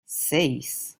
seis